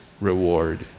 reward